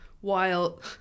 While-